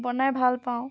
বনাই ভালপাওঁ